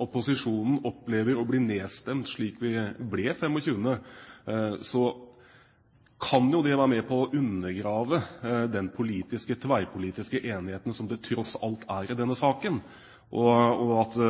opposisjonen opplever å bli nedstemt, slik vi ble 25. november, kan jo det være med på å undergrave den tverrpolitiske enigheten som det tross alt er i denne saken. Og